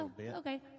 okay